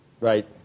Right